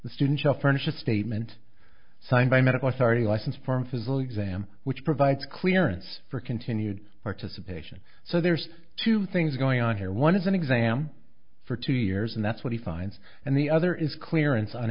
the student shall furnish a statement signed by medical authority license form fizzle exam which provides clearance for continued participation so there's two things going on here one is an exam for two years and that's what he finds and the other is clearance on